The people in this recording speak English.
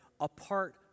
apart